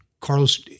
Carlos